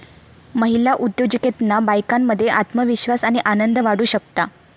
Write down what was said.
महिला उद्योजिकतेतना बायकांमध्ये आत्मविश्वास आणि आनंद वाढू शकता